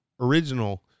original